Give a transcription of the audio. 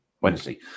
Wednesday